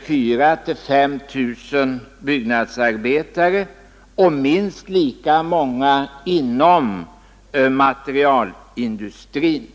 4 000—5 000 byggnadsarbetare och minst lika många inom materialindustrin.